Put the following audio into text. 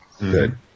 Good